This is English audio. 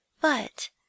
But